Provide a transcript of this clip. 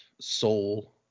soul